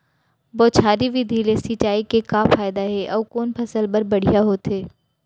बौछारी विधि ले सिंचाई के का फायदा हे अऊ कोन फसल बर बढ़िया होथे?